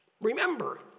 Remember